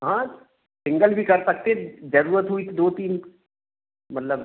हाँ सिन्गल भी कर सकते हैं ज़रूरत हुई तो दो तीन मतलब